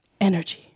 energy